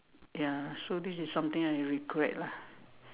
ya so this is something I regret lah